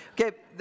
Okay